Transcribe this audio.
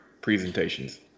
presentations